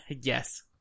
Yes